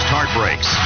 Heartbreaks